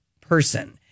person